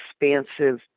expansive